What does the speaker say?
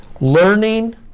learning